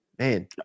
Man